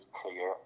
clear